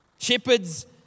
Shepherds